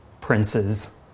princes